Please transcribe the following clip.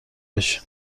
بشین